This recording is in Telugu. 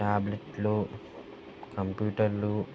ట్యాబ్లెట్లు కంప్యూటర్లు